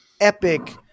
epic